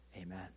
Amen